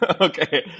Okay